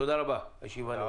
תודה רבה, הישיבה נעולה.